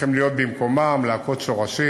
צריכים להיות במקומם, להכות שורשים.